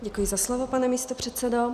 Děkuji za slovo, pane místopředsedo.